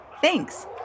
Thanks